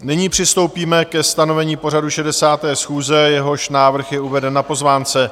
Nyní přistoupíme ke stanovení pořadu 60. schůze, jehož návrh je uveden na pozvánce.